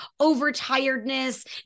overtiredness